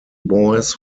boys